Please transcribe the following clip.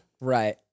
Right